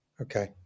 Okay